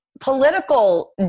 political